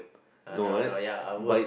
uh no no ya I would